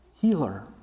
healer